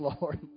Lord